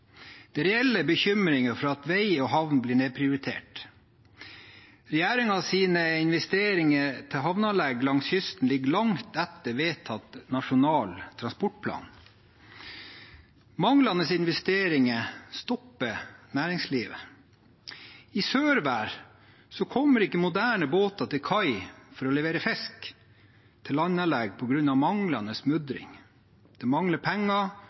Det er reelle bekymringer for at vei og havn blir nedprioritert. Regjeringens investeringer til havneanlegg langs kysten ligger langt etter vedtatt Nasjonal transportplan. Manglende investeringer stopper næringslivet. I Sørvær kommer det ikke moderne båter til kai for å levere fisk til landanlegg på grunn av manglende mudring. Det mangler penger